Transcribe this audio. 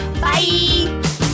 bye